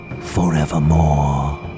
forevermore